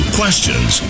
questions